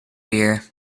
year